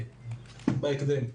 בהקדם,